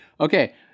Okay